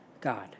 God